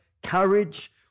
courage